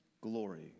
glory